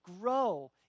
grow